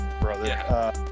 brother